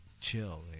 chill